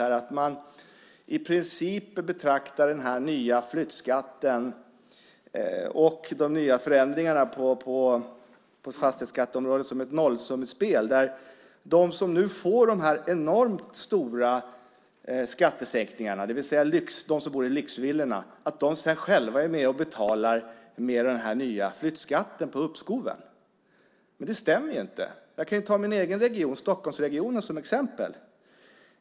Man betraktar i princip den nya flyttskatten och förändringarna på fastighetsskatteområdet som ett nollsummespel där de som får de enormt stora skattesänkningarna, det vill säga de som bor i lyxvillorna, själva är med och betalar med den nya flyttskatten på uppskoven. Men det stämmer inte. Jag kan ta min egen region, Stockholmsregionen, som exempel.